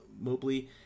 Mobley